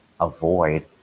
avoid